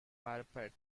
parapet